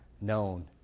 known